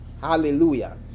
Hallelujah